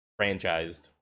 franchised